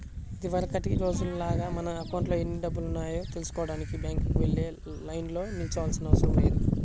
ఇదివరకటి రోజుల్లాగా మన అకౌంట్లో ఎన్ని డబ్బులున్నాయో తెల్సుకోడానికి బ్యాంకుకి వెళ్లి లైన్లో నిల్చోనవసరం లేదు